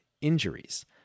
injuries